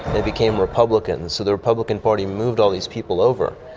they became republicans, so the republican party moved all these people over,